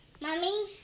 Mommy